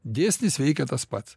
dėsnis veikia tas pats